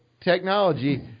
technology